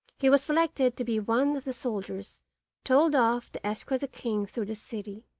he was selected to be one of the soldiers told off to escort the king through the city.